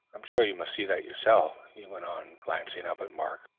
i'm sure you must see that yourself, he went on, glancing up at mark,